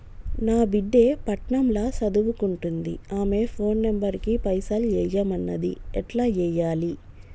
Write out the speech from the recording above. నా బిడ్డే పట్నం ల సదువుకుంటుంది ఆమె ఫోన్ నంబర్ కి పైసల్ ఎయ్యమన్నది ఎట్ల ఎయ్యాలి?